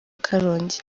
karongi